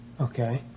Okay